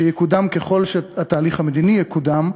שיקודם ככל שהתהליך המדיני יקודם,